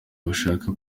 bashaka